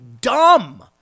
dumb